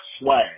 swag